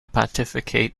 pontificate